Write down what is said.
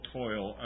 toil